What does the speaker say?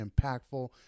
impactful